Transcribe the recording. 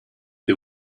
the